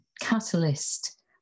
catalyst